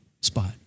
spot